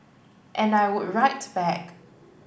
and I would write back